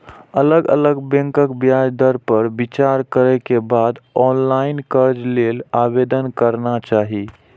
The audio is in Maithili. अलग अलग बैंकक ब्याज दर पर विचार करै के बाद ऑनलाइन कर्ज लेल आवेदन करना चाही